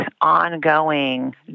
ongoing